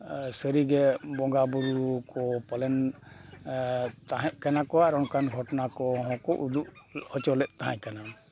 ᱥᱟᱹᱨᱤᱜᱮ ᱵᱚᱸᱜᱟ ᱵᱳᱨᱳ ᱠᱚ ᱯᱟᱞᱮᱱ ᱛᱟᱦᱮᱸ ᱠᱟᱱᱟ ᱠᱚ ᱟᱨ ᱚᱱᱠᱟᱱ ᱜᱷᱚᱴᱚᱱᱟ ᱠᱚ ᱩᱫᱩᱜ ᱦᱚᱪᱚ ᱞᱮᱫ ᱛᱟᱦᱮᱸ ᱠᱟᱱᱟ